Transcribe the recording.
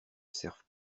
servent